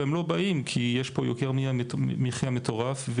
אבל הם לא באים כי יש פה יוקר מחיה מטורף,